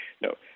No